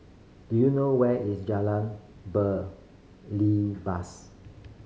do you know where is Jalan Belibas